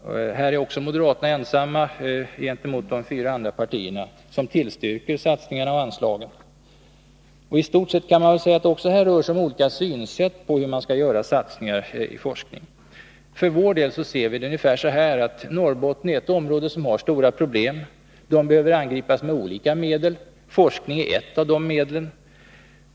Också här är moderaterna ensamma gentemot de fyra andra partierna, som tillstyrker satsningarna och anslagen. Istort sett kan man säga att det även här rör sig om olika synsätt på hur man skall göra satsningar i forskning. För vår del ser vi det ungefär som så, att Norrbotten är ett område som har stora problem. Detta behöver angripas med olika medel. Forskning är ett av dessa medel.